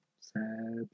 Sad